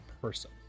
person